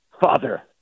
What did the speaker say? Father